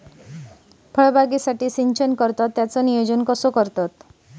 फळबागेसाठी सिंचन करतत त्याचो नियोजन कसो करतत?